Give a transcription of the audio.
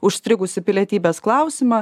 užstrigusį pilietybės klausimą